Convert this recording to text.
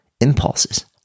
impulses